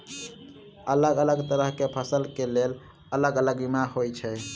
अलग अलग तरह केँ फसल केँ लेल अलग अलग बीमा होइ छै?